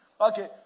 Okay